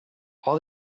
all